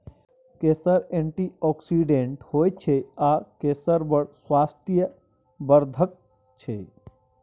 केसर एंटीआक्सिडेंट होइ छै आ केसर बड़ स्वास्थ्य बर्धक छै